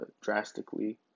drastically